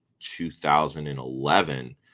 2011